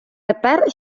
тепер